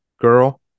girl